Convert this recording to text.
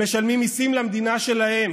הם משלמים מיסים למדינה שלהם,